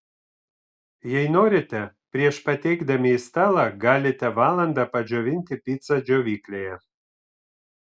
jei norite prieš pateikdami į stalą galite valandą padžiovinti picą džiovyklėje